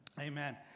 Amen